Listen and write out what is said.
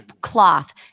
cloth